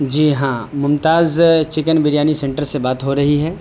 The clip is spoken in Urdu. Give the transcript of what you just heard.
جی ہاں ممتاز چکن بریانی سنٹر سے بات ہو رہی ہے